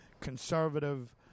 conservative